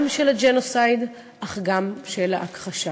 גם של הג'נוסייד אך גם של ההכחשה.